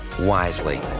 wisely